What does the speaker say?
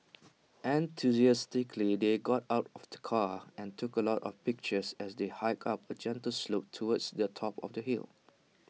enthusiastically they got out of the car and took A lot of pictures as they hiked up A gentle slope towards the top of the hill